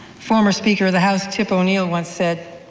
former speaker of the house tip o'neil once said,